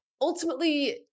Ultimately